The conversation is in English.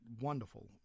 wonderful